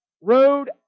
Road